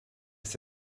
ist